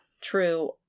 true